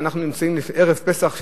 ואנחנו נמצאים ערב פסח,